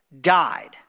died